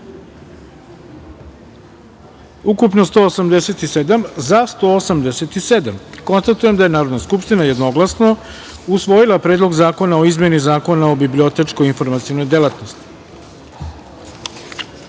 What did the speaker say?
ukupno – 187, za – 187.Konstatujem da je Narodna skupština jednoglasno usvojila Predlog zakona o izmeni Zakona o bibliotečko-informacionoj delatnosti. Treća